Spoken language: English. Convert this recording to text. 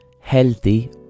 healthy